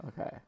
Okay